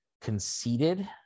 conceited